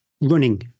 running